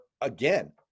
again